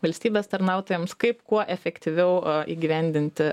valstybės tarnautojams kaip kuo efektyviau įgyvendinti